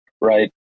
right